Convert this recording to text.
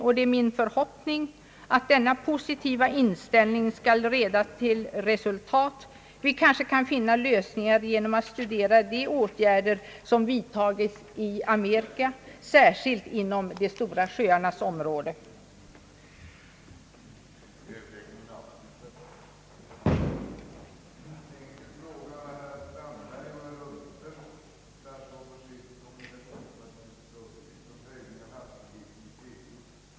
Det är min förhoppning att denna positiva inställning skall leda till resultat. Vi kanske kan finna lösningar genom att studera de åtgärder som vidtagits i Amerika, särskilt inom de Stora sjöarnas område.